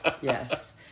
yes